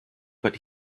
but